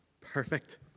perfect